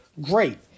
Great